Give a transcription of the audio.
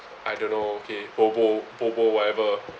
I don't know okay bobo bobo whatever